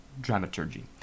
dramaturgy